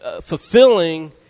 fulfilling